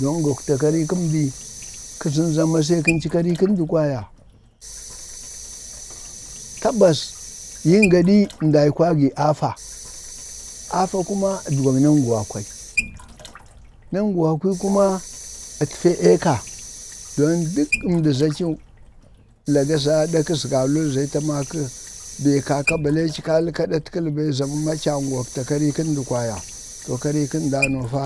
ko zən za ma se kənci kari kəndi kwaya, tabbas, yin gaɗi nda aikwai gi afa kuma ədgwee naŋgu wakwar, naŋguwakii kuma ətfee eelba dan dək əmdi za ci lagə za aɗakkazgaluli za aci ta makə be kaka balee ci kak kaɗatkəli bai za mama aci aŋgoktak karik kəndi kwaya to karii kəndanau fa